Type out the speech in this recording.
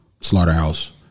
Slaughterhouse